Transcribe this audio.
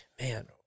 Man